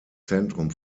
zentrum